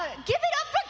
ah give it up but